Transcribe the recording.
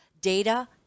data